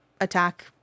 attack